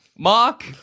Mark